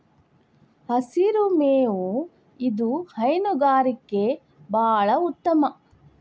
ಹಸಿರು ಮೇವು ಇದು ಹೈನುಗಾರಿಕೆ ಬಾಳ ಉತ್ತಮ